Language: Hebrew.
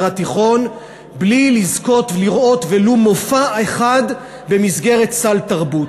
התיכון בלי לזכות לראות ולו מופע אחד במסגרת סל תרבות.